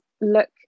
look